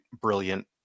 brilliant